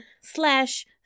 slash